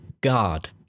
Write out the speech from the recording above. God